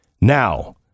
Now